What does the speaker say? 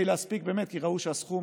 כדי שיספיק, כי ראו שהסכום